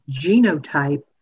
genotype